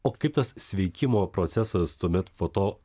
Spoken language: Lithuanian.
o kaip tas sveikimo procesas tuomet po to